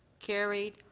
carried.